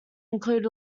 include